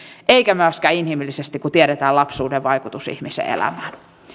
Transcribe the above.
eikä myöskään inhimillisesti kun tiedetään lapsuuden vaikutus ihmisen elämään